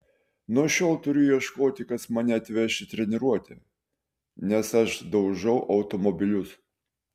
nuo šiol turiu ieškoti kas mane atveš į treniruotę nes aš daužau automobilius